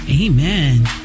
amen